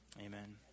Amen